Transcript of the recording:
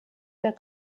der